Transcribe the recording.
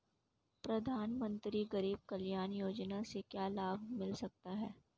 प्रधानमंत्री गरीब कल्याण योजना से क्या लाभ मिल सकता है?